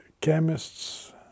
chemists